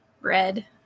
Red